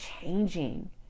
changing